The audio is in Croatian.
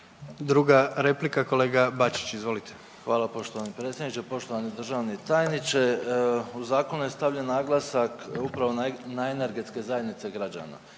Druga replika kolega Bačić, izvolite. **Bačić, Ante (HDZ)** Hvala poštovani predsjedniče. Poštovani državni tajniče u zakonu je stavljen naglasak upravo na energetske zajednice građana